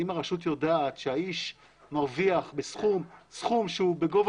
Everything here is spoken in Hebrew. אם הרשות יודעת שהאיש מרוויח בסכום שהוא בגובה